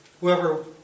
whoever